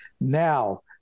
Now